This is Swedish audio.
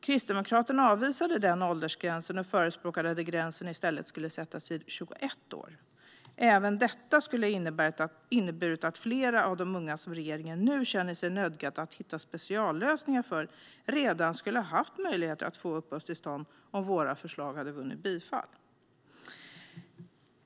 Kristdemokraterna avvisade denna åldersgräns och förespråkade att gränsen i stället skulle sättas vid 21 år. Även detta skulle ha inneburit att flera av de unga som regeringen nu känner sig nödgad att hitta speciallösningen för redan skulle ha haft möjlighet att få uppehållstillstånd om vårt förslag hade vunnit bifall.